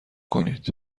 کنید